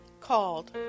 called